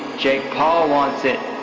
jake paul wants it.